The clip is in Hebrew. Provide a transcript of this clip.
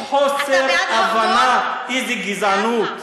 איזה חוסר הבנה, אתה בעד הרמון?